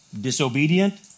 disobedient